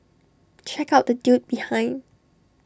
check out the dude behind